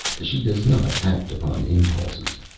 she does not act upon impulses.